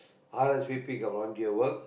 r_s_v_p got volunteer work